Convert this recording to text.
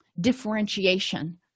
differentiation